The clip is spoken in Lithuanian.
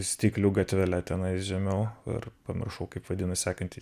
stiklių gatvele tenais žemiau ir pamiršau kaip vadinas sekanti